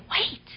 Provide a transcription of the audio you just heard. wait